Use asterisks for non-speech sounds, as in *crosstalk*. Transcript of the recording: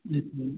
जी *unintelligible*